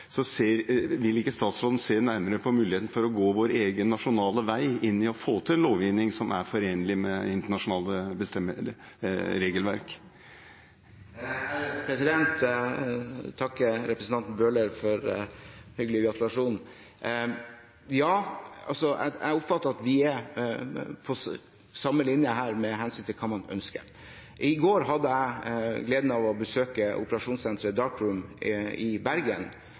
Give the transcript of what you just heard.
Vil statsråden se nærmere på muligheten for at vi kan gå vår egen nasjonale vei for å få til en lovgivning som er forenlig med internasjonalt regelverk? Jeg takker representanten Bøhler for hyggelig gratulasjon. Jeg oppfatter at vi er på samme linje her med hensyn til hva man ønsker. I går hadde jeg gleden av å besøke operasjonssenteret «Dark Room» i Bergen